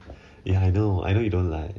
ya I know I know you don't like